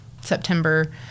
September